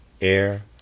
air